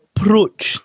Approach